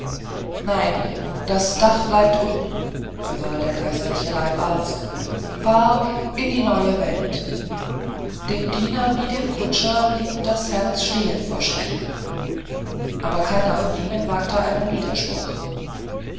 nein das dach bleibt unten befahl der kaiserliche leibarzt fahr in die neue welt dem diener wie dem kutscher blieb das herz stehen vor schreck aber keiner von ihnen wagte einen widerspruch